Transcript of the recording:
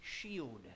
shield